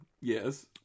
yes